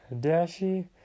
Dashi